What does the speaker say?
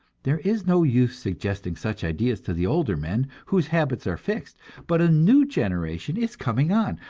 there is no use suggesting such ideas to the older men, whose habits are fixed but a new generation is coming on,